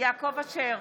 יעקב אשר,